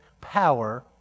power